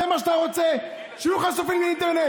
זה מה שאתה רוצה, שיהיו חשופים לאינטרנט.